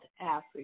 africa